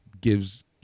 gives